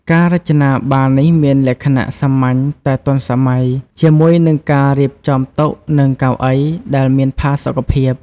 ការរចនាបារនេះមានលក្ខណៈសាមញ្ញតែទាន់សម័យ ជាមួយនឹងការរៀបចំតុ និងកៅអីដែលមានផាសុកភាព។